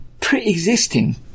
pre-existing